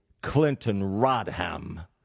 Clinton-Rodham